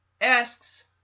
asks